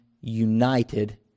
united